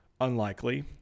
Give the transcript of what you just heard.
unlikely